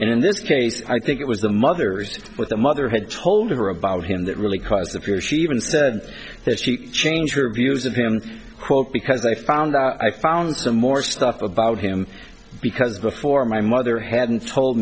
and in this case i think it was the mother with the mother had told her about him that really caused the poor she even said that she changed her views of him quote because i found out i found some more stuff about him because before my mother hadn't told